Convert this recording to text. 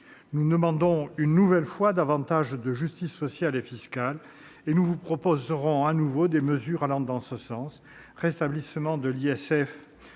Nous demandons, une nouvelle fois, davantage de justice sociale et fiscale et nous vous proposerons des mesures allant dans ce sens : rétablissement de l'ISF,